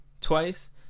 Twice